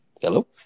Hello